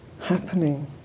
happening